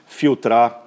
filtrar